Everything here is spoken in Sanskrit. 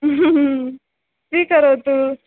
स्वीकरोतु